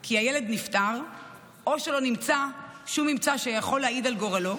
כי הילד נפטר או שלא נמצא שום ממצא שיכול להעיד על גורלו,